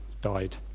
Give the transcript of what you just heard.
died